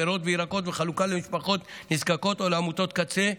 פירות וירקות וחלוקה למשפחות נזקקות או לעמותות קצה.